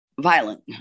violent